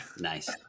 Nice